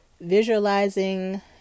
visualizing